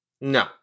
No